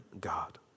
God